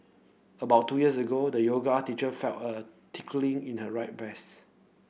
about two years ago the yoga teacher felt her in her right breast